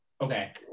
Okay